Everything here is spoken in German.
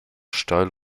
steil